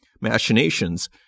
machinations